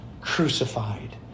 crucified